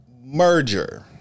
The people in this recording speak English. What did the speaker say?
merger